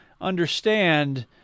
understand